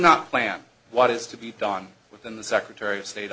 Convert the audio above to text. not plan what is to be done within the secretary of state